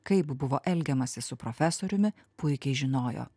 kaip buvo elgiamasi su profesoriumi puikiai žinojo